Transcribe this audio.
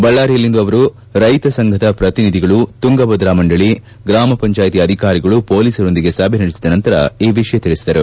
ಬಳ್ಳಾರಿಯಲ್ಲಿಂದು ಅವರು ರೈತ ಸಂಘದ ಪ್ರತಿನಿಧಿಗಳು ತುಂಗಭದ್ರಾ ಮಂಡಳಿ ಗ್ರಾಮ ಪಂಚಾಯ್ತಿ ಅಧಿಕಾರಿಗಳು ಪೊಲೀಸರೊಂದಿಗೆ ಸಭೆ ನಡೆಸಿದ ನಂತರ ಈ ವಿಷಯ ತಿಳಿಸಿದರು